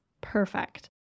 perfect